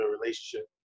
relationship